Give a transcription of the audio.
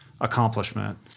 accomplishment